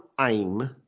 aim